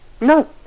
no